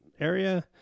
area